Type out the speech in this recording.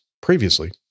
Previously